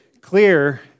clear